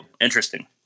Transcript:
Interesting